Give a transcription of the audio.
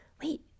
wait